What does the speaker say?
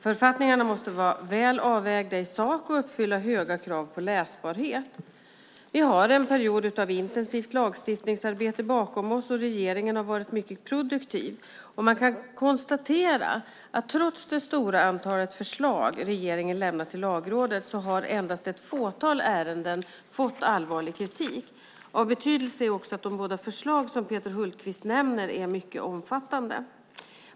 Författningarna måste både vara väl avvägda i sak och uppfylla höga krav på läsbarhet. Vi har en period av intensivt lagstiftningsarbete bakom oss. Regeringen har varit mycket produktiv. Man kan konstatera att trots det stora antal förslag regeringen lämnat till Lagrådet, har endast ett fåtal ärenden fått allvarlig kritik. Av betydelse är också att de båda förslag som Peter Hultqvist nämner är mycket omfattande.